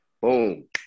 Boom